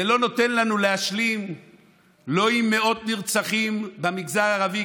זה לא נותן להשלים לא עם מאות נרצחים במגזר הערבי,